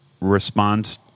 respond